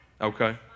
Okay